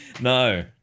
No